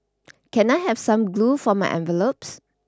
can I have some glue for my envelopes